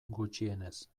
gutxienez